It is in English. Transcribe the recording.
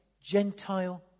Gentile